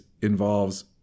involves